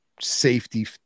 safety